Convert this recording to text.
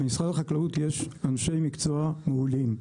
במשרד החקלאות יש אנשי מקצוע מעולים,